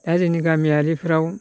दा जोंनि गामिआरिफोराव